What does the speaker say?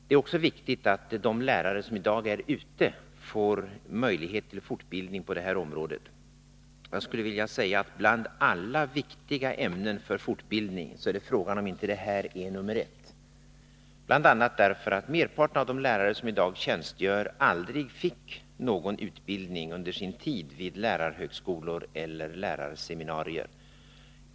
Det är också viktigt att de lärare som i dag är ute i skolorna får möjlighet till fortbildning på det här området. Frågan är, skulle jag vill säga, om inte det här är nummer ett bland alla viktiga ämnen för fortbildning, bl.a. därför att merparten av de lärare som i dag tjänstgör aldrig fick någon utbildning under sin tid vid lärarhögskolor eller lärarseminarier.